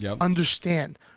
understand